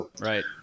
Right